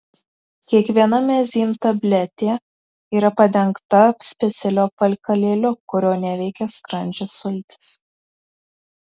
kiekviena mezym tabletė yra padengta specialiu apvalkalėliu kurio neveikia skrandžio sultys